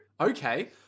okay